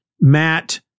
Matt